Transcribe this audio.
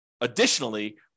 additionally